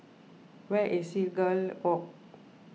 where is Seagull Walk